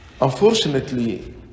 Unfortunately